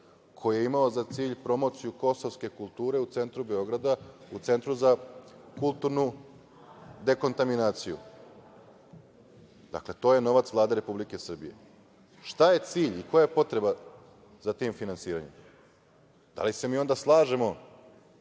koji je imao za cilj promociju kosovske kulture u centru Beograda, u Centru za kulturnu dekontaminaciju. Dakle, to je novac Vlade Republike Srbije. Šta je cilj i koja je potreba za tim finansiranjem? Da li se mi onda slažemo